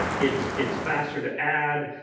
it's it's faster to add,